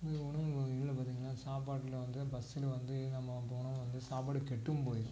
இதே உணவுமுறையில் வந்து பார்த்திங்கன்னா சாப்பாட்டில் வந்து பஸ்ஸில் வந்து நம்ம போனால் வந்து சாப்பாடு கெட்டும் போயிடும்